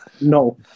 No